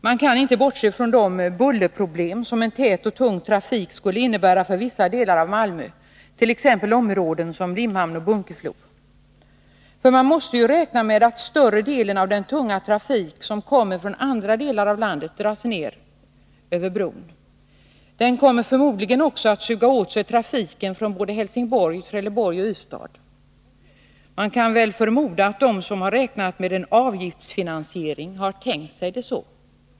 Man kan inte bortse från de bullerproblem som en tät och tung trafik skulle innebära för vissa delar av Malmö, t.ex. områden som Limhamn och Bunkeflo. Man måste ju räkna med att större delen av den tunga trafik som kommer från andra delar av landet dras ner över bron. Den kommer förmodligen också att suga åt sig trafiken från både Helsingborg, Trelleborg och Ystad. Man kan förmoda att de som har räknat med en avgiftsfinansiering har tänkt sig det.